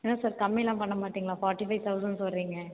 என்ன சார் கம்மியெல்லாம் பண்ணமாட்டிங்களா ஃபார்ட்டி ஃபைவ் தௌசண்ட் சொல்கிறீங்க